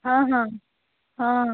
ହଁ ହଁ ହଁ